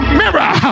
mirror